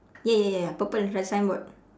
ya ya ya ya purple is like signboard